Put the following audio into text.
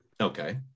Okay